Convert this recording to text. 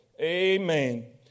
Amen